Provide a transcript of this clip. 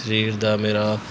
ਸਰੀਰ ਦਾ ਮੇਰਾ